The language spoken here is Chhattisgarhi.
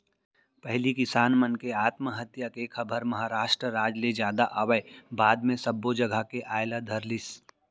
पहिली किसान मन के आत्महत्या के खबर महारास्ट राज म जादा आवय बाद म सब्बो जघा के आय ल धरलिस